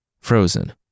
frozen